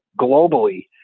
globally